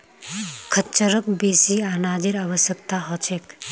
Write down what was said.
खच्चरक बेसी अनाजेर आवश्यकता ह छेक